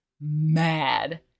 mad